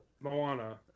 Moana